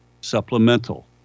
supplemental